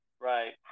right